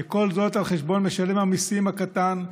וכל זאת על חשבון משלם המיסים הקטן,